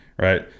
Right